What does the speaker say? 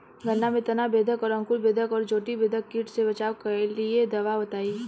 गन्ना में तना बेधक और अंकुर बेधक और चोटी बेधक कीट से बचाव कालिए दवा बताई?